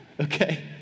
okay